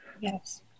Yes